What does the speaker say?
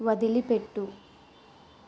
వదిలిపెట్టు